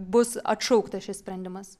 bus atšauktas šis sprendimas